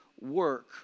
work